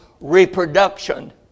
reproduction